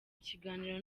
ikiganiro